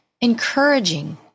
Encouraging